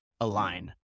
align